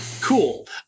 Cool